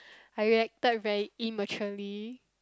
I reacted very immaturely